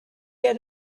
had